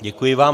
Děkuji vám.